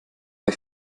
bei